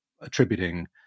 attributing